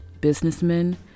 businessmen